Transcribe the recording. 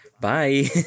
Bye